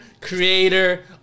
creator